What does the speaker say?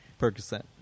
Percocet